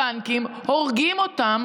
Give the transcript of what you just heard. הבנקים הורגים אותם,